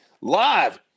live